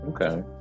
Okay